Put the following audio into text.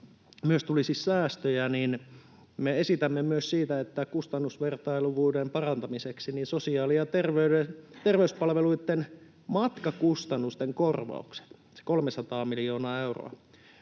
myös tulisi säästöjä: me esitämme myös sitä, että kustannusvertailtavuuden parantamiseksi sosiaali- ja terveyspalveluitten matkakustannusten korvaukset, se 300 miljoonaa euroa,